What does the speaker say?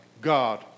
God